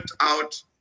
out